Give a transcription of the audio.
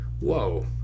whoa